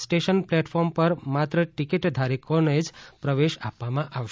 station platform પર માત્ર ticket ધારકોને જ પ્રવેશ આપવામાં આવશે